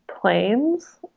planes